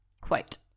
quote